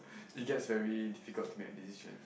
it gets very difficult to make a decision